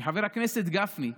כי חבר הכנסת גפני,